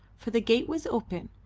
for the gate was open,